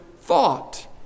thought